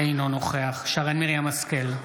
אינו נוכח שרן מרים השכל,